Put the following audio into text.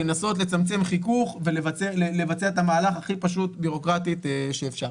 לנסות לצמצם חיכוך ולבצע את המהלך הכי פשוט בירוקרטית שאפשר.